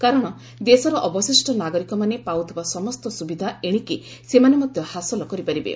କାରଣ ଦେଶର ଅବଶିଷ୍ଟ ନାଗରିକମାନେ ପାଉଥିବା ସମସ୍ତ ସୁବିଧା ଏଣିକି ସେମାନେ ମଧ୍ୟ ହାସଲ କରିପାରିବେ